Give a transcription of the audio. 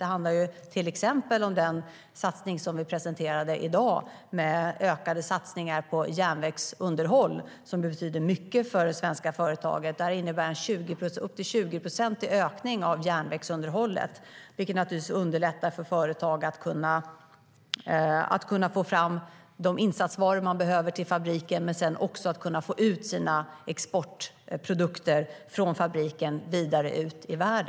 Det handlar till exempel om de ökade satsningar på järnvägsunderhåll som vi presenterade i dag och som betyder mycket för svenska företag. Detta innebär upp till 20 procents ökning av järnvägsunderhållet, vilket naturligtvis underlättar för företag att få fram de insatsvaror man behöver till fabriken och också få ut sina exportprodukter från fabriken och vidare ut i världen.